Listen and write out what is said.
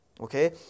Okay